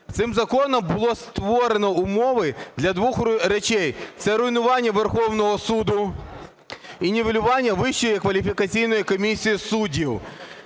Цим законом були створені умови для двох речей - це руйнування Верховного Суду і нівелювання Вищої кваліфікаційної комісії суддів.